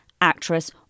actress